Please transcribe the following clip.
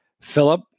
Philip